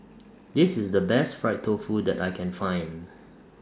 This IS The Best Fried Tofu that I Can Find